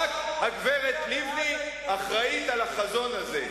רק הגברת לבני אחראית לחזון הזה.